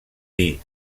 dir